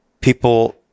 people